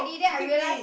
kicking me